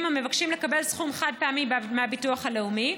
המבקשים לקבל סכום חד-פעמי מהביטוח הלאומי,